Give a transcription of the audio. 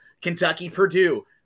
Kentucky-Purdue